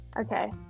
Okay